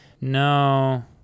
No